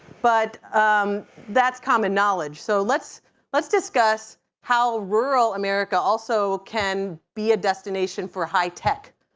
but that's common knowledge. so let's let's discuss how rural america also can be a destination for a high-tech